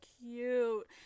cute